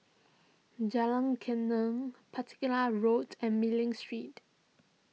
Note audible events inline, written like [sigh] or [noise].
Jalan Geneng [unintelligible] Road and Mei Ling Street